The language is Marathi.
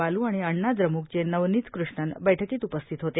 बालूए आणि अण्णा द्रम्कचे नवनित कृष्णन बैठकीत उपस्थित होते